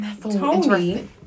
tony